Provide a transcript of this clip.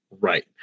right